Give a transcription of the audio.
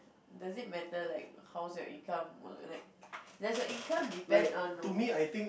does it matter like how's your income or or like does your income depends on know